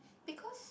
because